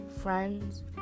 friends